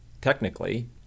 technically